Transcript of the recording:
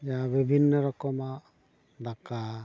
ᱡᱟ ᱵᱤᱵᱷᱤᱱᱱᱚ ᱨᱚᱠᱚᱢᱟᱜ ᱫᱟᱠᱟ